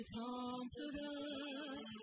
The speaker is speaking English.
confidence